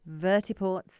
vertiports